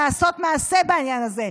לעשות מעשה בעניין הזה,